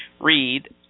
read